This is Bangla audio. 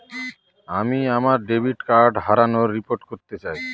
আমি আমার ডেবিট কার্ড হারানোর রিপোর্ট করতে চাই